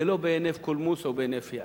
זה לא בהינף קולמוס או בהינף יד.